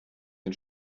den